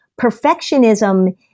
Perfectionism